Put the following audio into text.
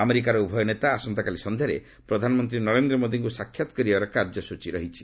ଆମେରିକାର ଉଭୟ ନେତା ଆସନ୍ତାକାଲି ସନ୍ଧ୍ୟାରେ ପ୍ରଧାନମନ୍ତ୍ରୀ ନରେନ୍ଦ୍ର ମୋଦିଙ୍କୁ ସାକ୍ଷାତ୍ କରିବାର କାର୍ଯ୍ୟସ୍ଟଚୀ ରହିଛି